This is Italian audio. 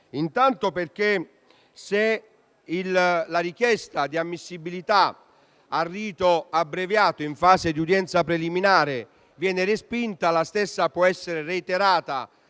intanto perché, se la richiesta di ammissibilità al rito abbreviato in fase di udienza preliminare viene respinta, la stessa può essere reiterata